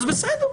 אז בסדר,